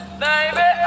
baby